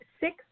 Six